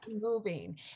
Moving